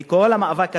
מכל המאבק הזה,